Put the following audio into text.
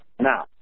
now